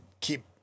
keep